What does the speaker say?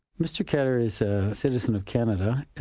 mr khadr is a citizen of canada.